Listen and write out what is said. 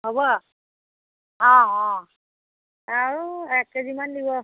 হ'ব অঁ অঁ আৰু এক কেজিমান দিব